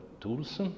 tools